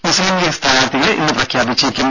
മുസ്ലീം ലീഗ് സ്ഥാനാർത്ഥികളെ ഇന്ന് പ്രഖ്യാപിച്ചേക്കും